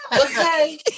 Okay